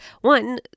one